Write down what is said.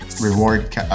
reward